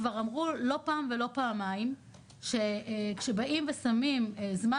כבר אמרו לא פעם ולא פעמיים שכשבאים ושמים זמן